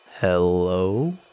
Hello